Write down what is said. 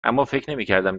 نمیکردم